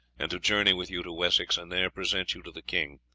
and to journey with you to wessex and there present you to the king.